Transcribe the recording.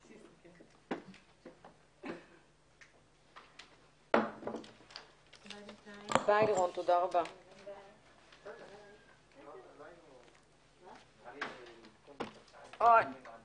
הישיבה ננעלה בשעה 11:04.